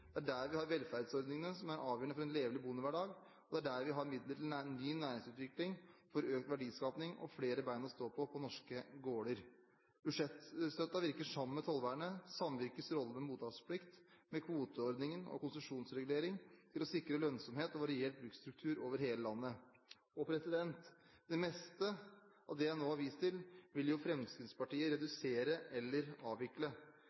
det er der vi har velferdsordningene som er avgjørende for en levelig bondehverdag, og det er der vi har midler til ny næringsutvikling for økt verdiskaping og flere bein å stå på på norske gårder. Budsjettstøtten virker sammen med tollvernet, samvirkets rolle med mottaksplikt, med kvoteordningen og konsesjonsregulering til å sikre lønnsomhet og variert bruksstruktur over hele landet. Det meste av det jeg nå har vist til, vil jo Fremskrittspartiet redusere eller avvikle.